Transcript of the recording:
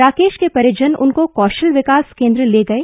राकेश के परिजन उनको कौशल विकास केंद्र ले गए